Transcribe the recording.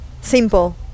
simple